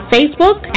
Facebook